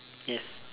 if